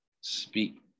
speak